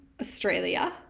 Australia